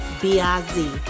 b-i-z